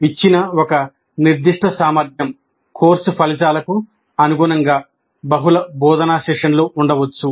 ఇచ్చిన ఒక నిర్దిష్ట సామర్థ్యం కోర్సు ఫలితాలకు అనుగుణంగా బహుళ బోధనా సెషన్లు ఉండవచ్చు